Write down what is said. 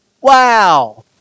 wow